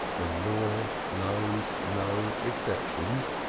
the law knows no exceptions,